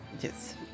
Yes